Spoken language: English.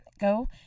go